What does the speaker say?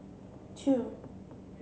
two